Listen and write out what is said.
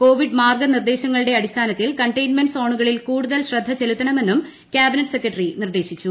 Covid മാർഗനിർദേശങ്ങളുടെ അടിസ്ഥാനത്തിൽ കണ്ടെയ്ൻമെന്റ് സോണുകളിൽ കൂടുതൽ ശ്രദ്ധ ചെലുത്തണമെന്ന് ക്യാബിനറ്റ് സെക്രട്ടറി നിർദേശിച്ചു